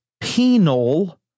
penal